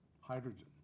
Hydrogen